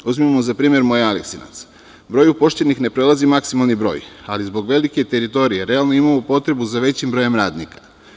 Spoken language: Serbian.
Uzmimo za primer moj Aleksinac, broj upošljenih ne prelazi maksimalni broj, ali zbog velike teritorije realno imamo potrebu za većim brojem radnika.